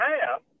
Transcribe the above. half